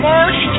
March